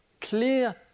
clear